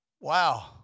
Wow